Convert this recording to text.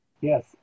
Yes